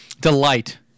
delight